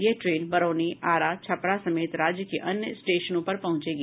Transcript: ये ट्रेन बरौनी आरा छपरा समेत राज्य के अन्य स्टेशनों पर पहुंचेगी